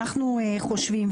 אנחנו חושבים,